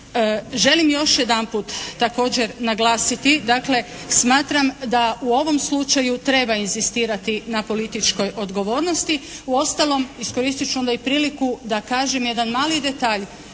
Želim još jedanput također naglasiti, dakle smatram da u ovom slučaju treba inzistirati na političkoj odgovornosti. Uostalom, iskoristit ću onda i priliku da kažem jedan mali detalj